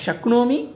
शक्नोमि